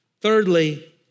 Thirdly